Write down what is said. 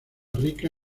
rica